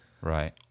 Right